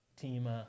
team